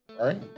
right